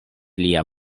lia